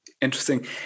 Interesting